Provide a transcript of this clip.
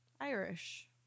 Irish